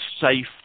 safe